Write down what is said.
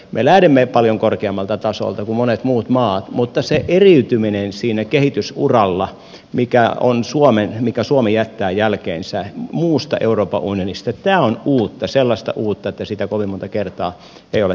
me lähdemme paljon korkeammalta tasolta kuin monet muut maat mutta se eriytyminen siinä kehitysuralla minkä suomi jättää jälkeensä muusta euroopan unionista tämä on uutta sellaista uutta että sitä kovin montaa kertaa ei ole tapahtunut